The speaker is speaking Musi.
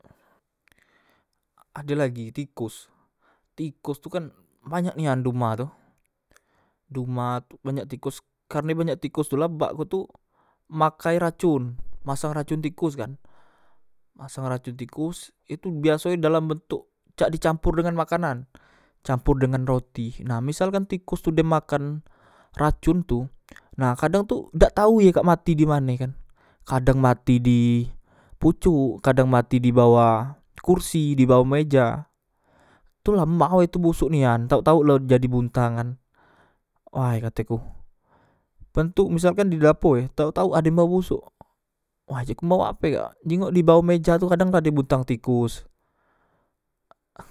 Ade lagi tikos tikos tu kan banyak nian duma tu duma banyak tikos karne banyak tikos tu la bakku tu makai racon masang racon tikos kan masang racon tikos itu biaso e dalambentuk cak dicampor dengan makanan dicampor dengan roti nah misal kan tikos tu dem makan racon tu nah kadang tu dak tau ye kak mati dimane kan kadang mati di pocok kadang mati di bawah kursi di bawah meja tulau embaue tu bosok nian tau tau la jadi buntang kan way kateku pan tu misalkan di dapoe tau tau ade embau bosok way jiku embau ape kak jingok dibawah meja tu kadang ade buntang tekos